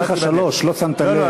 הוספתי לך שלוש, לא שמת לב.